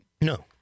No